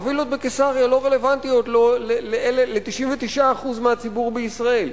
הווילות בקיסריה לא רלוונטיות ל-99% מהציבור בישראל.